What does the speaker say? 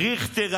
ריכטר,